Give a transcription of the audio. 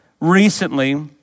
recently